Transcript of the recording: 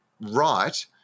right